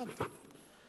הבנתי.